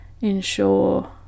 ensure